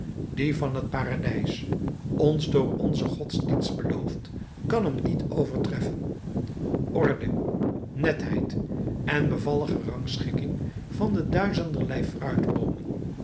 die van het paradijs ons door onze godsdienst beloofd kan hem niet overtreffen orde netheid en bevallige rangschikking van de duizenderlei fruitboomen